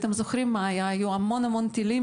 אתם זוכרים שהיו אז המון טילים,